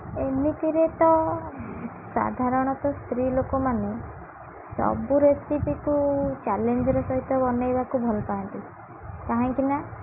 ଏମିତିରେ ତ ସାଧାରଣତଃ ସ୍ତ୍ରୀ ଲୋକମାନେ ସବୁ ରେସିପିକୁ ଚ୍ୟାଲେଞ୍ଜର ସହିତ ବନେଇବାକୁ ଭଲ ପାଆନ୍ତି କାହିଁକିନା